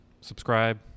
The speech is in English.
subscribe